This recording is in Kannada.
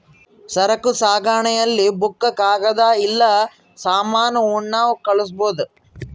ಸರಕು ಸಾಗಣೆ ಅಲ್ಲಿ ಬುಕ್ಕ ಕಾಗದ ಇಲ್ಲ ಸಾಮಾನ ಉಣ್ಣವ್ ಕಳ್ಸ್ಬೊದು